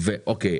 אוקיי.